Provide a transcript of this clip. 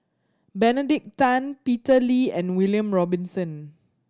Benedict Tan Peter Lee and William Robinson